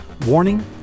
Warning